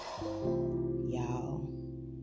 y'all